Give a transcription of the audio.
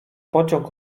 pociąg